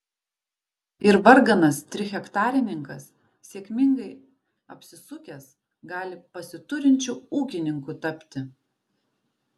ir varganas trihektarininkas sėkmingai apsisukęs gali pasiturinčiu ūkininku tapti